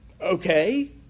Okay